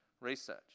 research